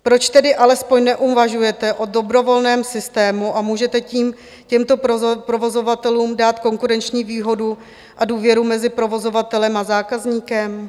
Proč tedy alespoň neuvažujete o dobrovolném systému a můžete tím těmto provozovatelům dát konkurenční výhodu a důvěru mezi provozovatelem a zákazníkem?